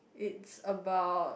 it's about